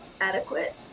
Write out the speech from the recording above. adequate